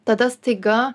tada staiga